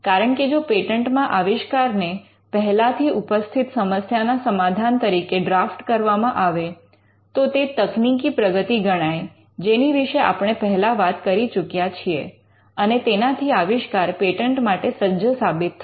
કારણ કે જો પેટન્ટ માં આવિષ્કાર ને પહેલાથી ઉપસ્થિત સમસ્યાના સમાધાન તરીકે ડ્રાફ્ટ કરવામાં આવે તો તે તકનીકી પ્રગતિ ગણાય જેની વિશે આપણે પહેલા વાત કરી ચૂક્યા છીએ અને તેનાથી આવિષ્કાર પેટન્ટ માટે સજ્જ સાબિત થાય